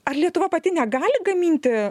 ar lietuva pati negali gaminti